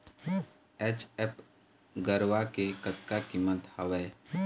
HF गरवा के कतका कीमत हवए?